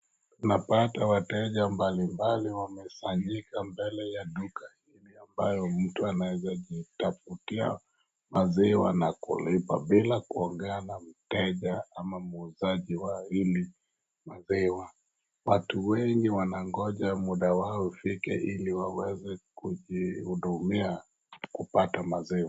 Unapata wateja mbalimbali wamesanyika mbele ya duka ambayo mtu anaeza jitafutia maziwa na kulipa bila kuongea na mteja ama muuzaji wa hii maziwa. Watu wengi wanangoja muda wao ufike ili waweze kujihudumia kupata maziwa.